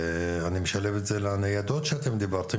ואני משלב את זה עם הניידות שעליהן אתם דיברתם,